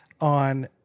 on